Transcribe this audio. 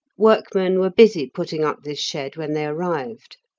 workmen were busy putting up this shed when they arrived.